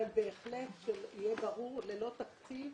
אבל בהחלט שיהיה ברור שללא תקציב,